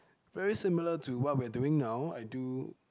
very similar to what we are doing now I do